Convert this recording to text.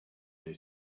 day